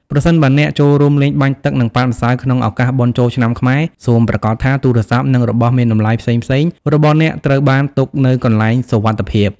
ប្រសិនបើអ្នកចូលរួមលេងបាញ់ទឹក និងប៉ាតម្សៅក្នុងឱកាសបុណ្យចូលឆ្នាំខ្មែរ សូមប្រាកដថាទូរស័ព្ទ និងរបស់មានតម្លៃផ្សេងៗរបស់អ្នកត្រូវបានទុកនៅកន្លែងសុវត្ថិភាព។